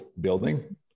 building